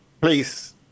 please